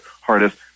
hardest